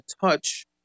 Touch